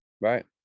right